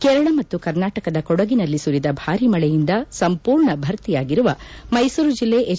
ಕೇರಳ ಮತ್ತು ಕರ್ನಾಟಕದ ಕೊಡಗಿನಲ್ಲಿ ಸುರಿದ ಭಾರಿ ಮಳೆಯಿಂದ ಸಂಪೂರ್ಣ ಭರ್ತಿಯಾಗಿರುವ ಮೈಸೂರು ಜಿಲ್ಲೆ ಹೆಚ್